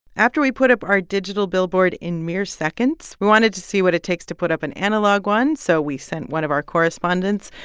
after we put up our digital billboard in mere seconds, we wanted to see what it takes to put up an analog one. so we sent one of our correspondents,